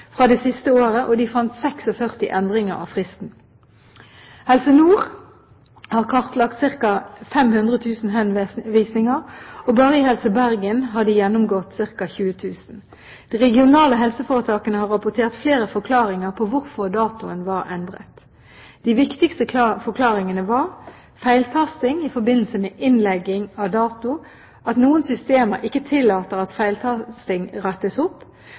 fra det siste året, og de fant 46 endringer av fristen. Helse Nord har kartlagt ca. 500 000 henvisninger, og bare i Helse Bergen har de gjennomgått ca. 20 000. De regionale helseforetakene har rapportert flere forklaringer på hvorfor datoen var endret. De viktigste forklaringene var: feiltasting i forbindelse med innlegging av dato, at noen systemer ikke tillater at feiltastinger rettes opp,